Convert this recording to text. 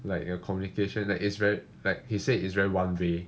like your communication that it's very like he said it's very one way